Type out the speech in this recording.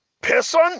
person